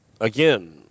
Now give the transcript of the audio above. again